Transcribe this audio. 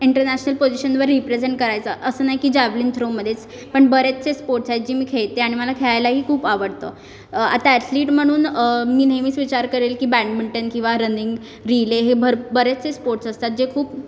international पोजीशनवर represent करायचं असं नाही की जॅवलिंग थ्रोमध्येच पण बरेचसे स्पोर्ट्स आहेत जे मी खेळते आणि मला खेळायलाही खूप आवडतं आता अथलिट म्हणून मी नेहमीच विचार करेल की बॅडमिंटन किंवा रनिंग रिले हे भर् बरेचसे स्पोर्ट्स असतात जे खूप